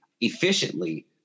efficiently